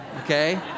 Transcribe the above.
okay